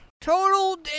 Total